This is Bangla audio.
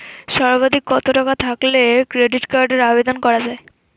সর্বাধিক কত টাকা থাকলে ক্রেডিট কার্ডের আবেদন করা য়ায়?